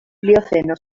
plioceno